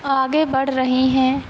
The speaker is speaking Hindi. आगे बढ़ रही हैं